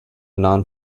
non